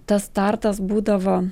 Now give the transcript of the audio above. tas startas būdavo